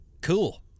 cool